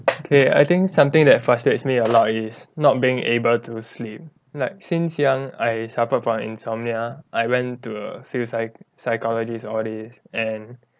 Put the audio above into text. okay I think something that frustrates me a lot is not being able to sleep like since young I suffered from insomnia I went to a few psy~ psychologist all this and